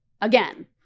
again